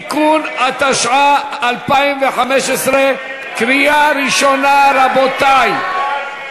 (תיקון), התשע"ה 2015, בקריאה ראשונה, רבותי.